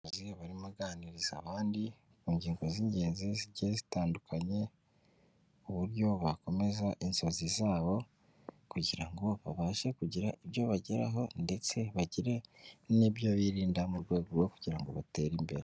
Umuntu urimo aganiriza abandi ku ngingo z'ingenzi zigiye zitandukanye, uburyo bakomeza inzizi zabo kugira ngo babashe kugira ibyo bageraho ndetse bagire n'ibyo birinda mu rwego rwo kugira ngo batere imbere.